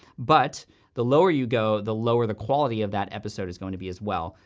but the lower you go, the lower the quality of that episode is going to be as well.